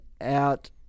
out